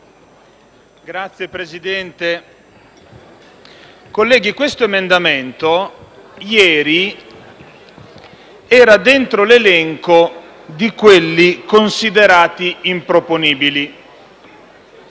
Signor Presidente, colleghi, questo emendamento ieri era dentro l'elenco di quelli considerati improponibili.